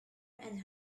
and